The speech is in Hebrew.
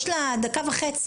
יש לה דקה וחצי.